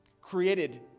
created